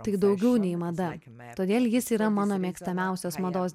tai daugiau nei mada todėl jis yra mano mėgstamiausias mados